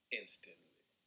instantly